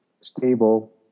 stable